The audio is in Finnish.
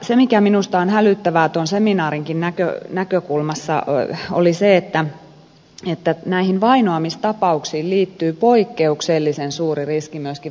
se mikä minusta on hälyttävää tuon seminaarinkin näkökulmasta on se että näihin vainoamistapauksiin liittyy poikkeuksellisen suuri riski myöskin väkivallantekoihin